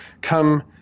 come